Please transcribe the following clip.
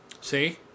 See